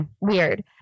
Weird